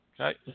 Okay